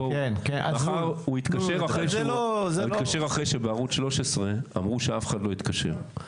הוא התקשר אחרי שבערוץ 13 אמרו שאף אחד לא התקשר.